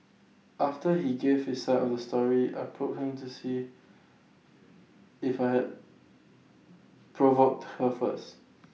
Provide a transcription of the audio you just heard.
after he gave his side of the story I probed him to see if I had provoked her first